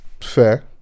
Fair